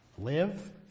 live